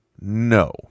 No